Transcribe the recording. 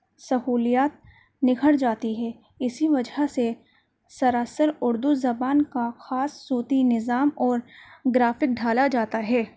سہولیات نکھر جاتی ہے اسی وجہ سے سراسر اردو زبان کا خاص صوتی نظام اور گرافک ڈھالا جاتا ہے